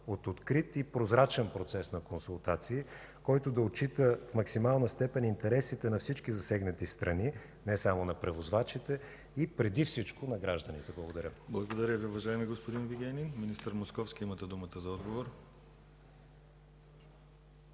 от открит и прозрачен процес на консултации, който да отчита в максимална степен интересите на всички засегнати страни – не само на превозвачите, и преди всичко на гражданите? Благодаря. ПРЕДСЕДАТЕЛ ДИМИТЪР ГЛАВЧЕВ: Благодаря Ви, уважаеми господин Вигенин. Министър Московски, имате думата за отговор.